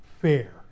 fair